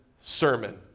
sermon